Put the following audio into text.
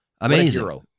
amazing